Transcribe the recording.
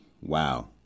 wow